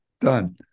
done